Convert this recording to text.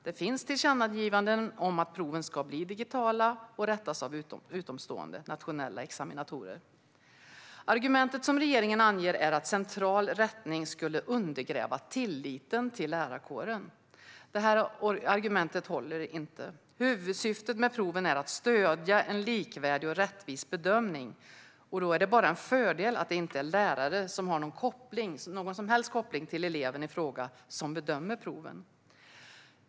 Det finns tillkännagivanden om att proven ska bli digitala och rättas av utomstående, nationella examinatorer. Argumentet som regeringen anger är att central rättning skulle undergräva tilliten till lärarkåren. Det argumentet håller inte. Huvudsyftet med proven är att stödja en likvärdig och rättvis bedömning, och då är det bara en fördel att det är en lärare som inte har någon som helst koppling till eleven i fråga som bedömer proven.